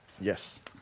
Yes